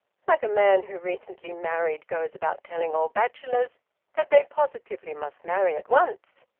like a man who, recently married, goes about telling all bachelors that they positively must marry at once.